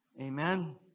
amen